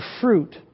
fruit